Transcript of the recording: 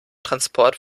transport